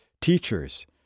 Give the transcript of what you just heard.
teachers